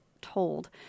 told